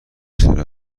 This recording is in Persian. چطوری